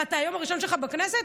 מה, זה היום הראשון שלך בכנסת?